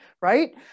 right